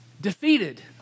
defeated